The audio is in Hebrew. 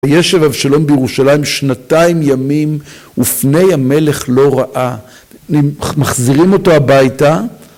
ישב אבשלום בירושלים שנתיים ימים ופני המלך לא ראה מחזירים אותו הביתה